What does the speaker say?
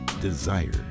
Desire